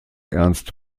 ernst